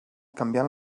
canviant